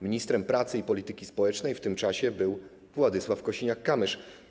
Ministrem pracy i polityki społecznej w tym czasie był Władysław Kosiniak-Kamysz.